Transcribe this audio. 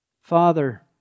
Father